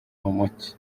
mucyo